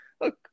look